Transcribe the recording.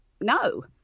No